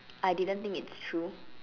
I didn't think it's true